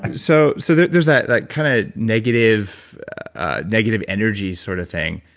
and so so there's there's that like kind of negative ah negative energy sort of thing,